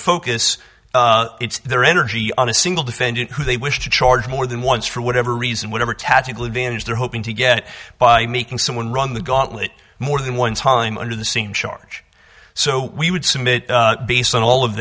focus its their energy on a single defendant who they wish to charge more than once for whatever reason whatever tactical advantage they're hoping to yet by making someone run the gauntlet more than one time under the same charge so we would submit based on all of